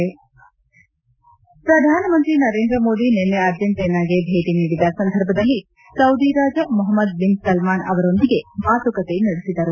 ಸಾಂಪ್ ಪ್ರಧಾನಮಂತ್ರಿ ನರೇಂದ್ರ ಮೋದಿ ನಿನ್ನೆ ಅರ್ಜೆಂಟನಾಗೆ ಭೇಟಿ ನೀಡಿದ ಸಂದರ್ಭದಲ್ಲಿ ಸೌದಿ ರಾಜ ಮೊಹಮದ್ ಬಿನ್ ಸಲ್ನಾನ್ ಅವರೊಂದಿಗೆ ಮಾತುಕತೆ ನಡೆಸಿದರು